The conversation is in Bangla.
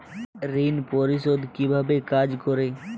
ঋণ পরিশোধ কিভাবে কাজ করে?